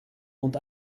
und